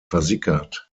versickert